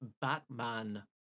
Batman